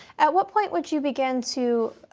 at what point would you begin to